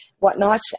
whatnot